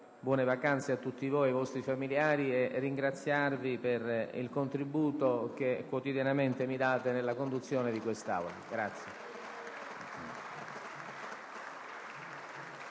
buone vacanze a tutti voi e ai vostri familiari e ringraziarvi per il contributo che quotidianamente mi date nella conduzione dei lavori